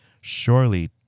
Surely